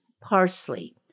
parsley